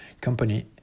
company